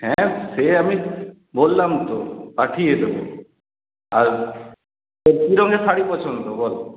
হ্যাঁ সে আমি বললাম তো পাঠিয়ে দেবো আর তোর কী রঙের শাড়ি পছন্দ বল